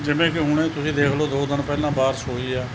ਜਿਵੇਂ ਕਿ ਹੁਣ ਤੁਸੀਂ ਦੇਖ ਲਓ ਦੋ ਦਿਨ ਪਹਿਲਾਂ ਬਾਰਿਸ਼ ਹੋਈ ਆ